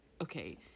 okay